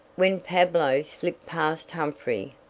when pablo slipped past humphrey,